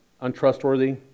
untrustworthy